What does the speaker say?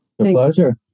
Pleasure